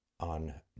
on